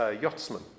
yachtsman